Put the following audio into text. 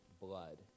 blood